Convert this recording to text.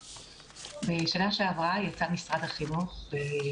בשנה שעברה יצא משרד החינוך עם